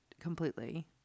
completely